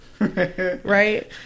right